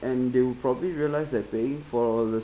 and they will probably realise that paying for the